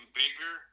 bigger